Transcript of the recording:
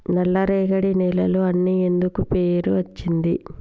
నల్లరేగడి నేలలు అని ఎందుకు పేరు అచ్చింది?